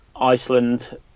iceland